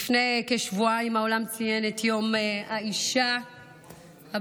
לפני כשבועיים העולם ציין את יום האישה הבין-לאומי,